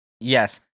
Yes